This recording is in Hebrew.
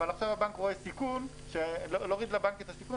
אבל עכשיו הבנק רואה סיכון להוריד את הסיכון